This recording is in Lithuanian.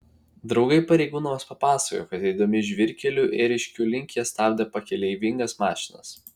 draugai pareigūnams papasakojo kad eidami žvyrkeliu ėriškių link jie stabdė pakeleivingas mašinas